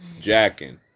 jacking